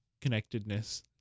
connectedness